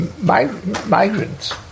migrants